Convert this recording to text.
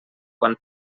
quan